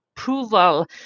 approval